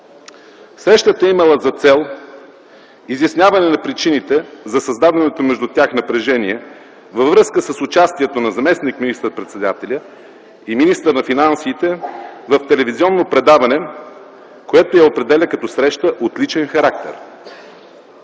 Срещата е имала за цел изясняване на причините за създаденото между тях напрежение във връзка с участието на заместник министър-председателя и министър на финансите в телевизионно предаване, което я определя като среща от личен характер.